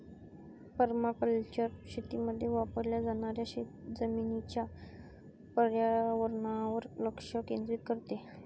permaculture शेतीमध्ये वापरल्या जाणाऱ्या जमिनीच्या पर्यावरणावर लक्ष केंद्रित करते